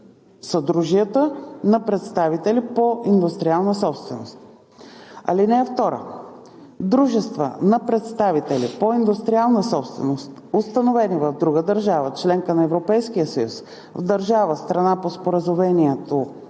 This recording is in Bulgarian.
съдружията на представителите по индустриална собственост. (2) Дружества на представители по индустриална собственост, установени в друга държава – членка на Европейския съюз, в държава – страна по Споразумението